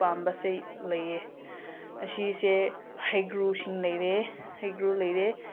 ꯄꯥꯝꯕꯁꯦ ꯂꯩꯌꯦ ꯑꯁꯤꯁꯦ ꯍꯩꯀ꯭ꯔꯨ ꯁꯤꯡꯂꯩꯔꯦ ꯍꯩꯀ꯭ꯔꯨ ꯂꯩꯔꯦ